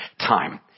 time